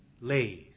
lays